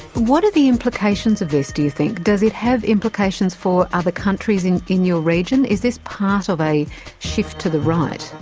what are the implications of this, do you think does it have implications for other countries in in your region? is this part of a shift to the right?